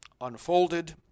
unfolded